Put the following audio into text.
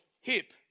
hip